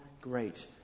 great